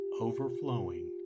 overflowing